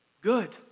Good